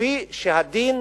כפי שהדין